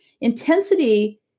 Intensity